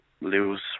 lose